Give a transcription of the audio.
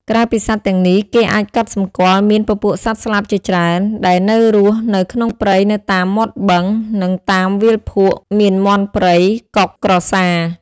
ក្រៅពីសត្វទាំងនេះ គេះអាចកត់សម្គាល់មានពពួកសត្វស្លាបជាច្រើន ដែលនៅរស់នៅក្នុងព្រៃនៅតាមមាត់បឹង នឹងតាមវាលភក់ មានមាន់ព្រៃ កុក ក្រសារ។